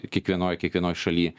kiekvienoj kiekvienoj šaly